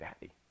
daddy